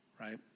right